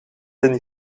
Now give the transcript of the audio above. een